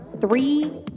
three